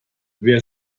wer